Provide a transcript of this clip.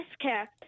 care